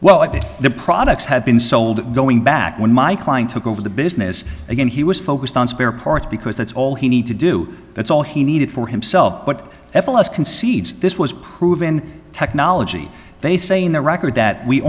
that the products had been sold going back when my client took over the business again he was focused on spare parts because that's all he need to do that's all he needed for himself but f l s concedes this was proven technology they say in the record that we